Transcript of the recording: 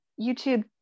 YouTube